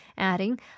adding